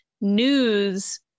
news